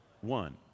One